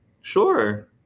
sure